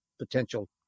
potential